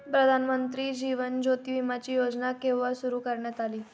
प्रधानमंत्री जीवन ज्योती विमाची योजना केव्हा सुरू करण्यात आली?